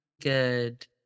good